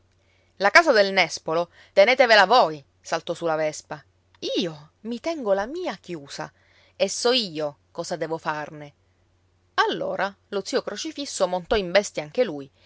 la casa del nespolo tenetevela voi saltò su la vespa io mi tengo la mia chiusa e so io cosa devo farne allora lo zio crocifisso montò in bestia anche lui